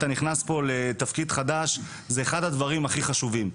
שאתה נכנס פה לתפקיד חדש וזה אחד הדברים הכי חשובים.